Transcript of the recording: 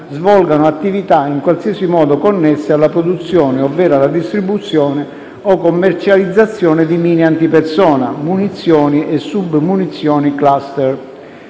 svolgano attività in qualsiasi modo connesse alla produzione ovvero alla distribuzione o commercializzazione di mine antipersona, munizioni e submunizioni *cluster*.